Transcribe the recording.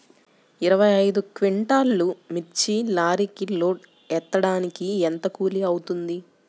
ఇరవై ఐదు క్వింటాల్లు మిర్చి లారీకి లోడ్ ఎత్తడానికి ఎంత కూలి అవుతుంది?